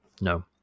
No